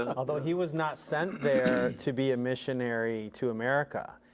and although he was not sent there to be a missionary, to america.